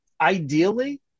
Ideally